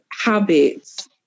habits